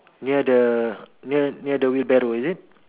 near the near the wheelbarrow is it